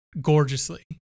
gorgeously